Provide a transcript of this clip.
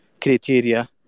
criteria